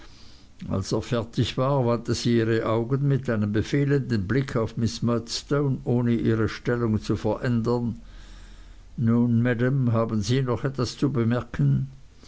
als er fertig war wandte sie ihre augen mit einem befehlenden blick auf miß murdstone ohne ihre stellung zu verändern nun maam haben sie noch etwas zu bemerken